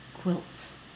quilts